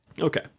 Okay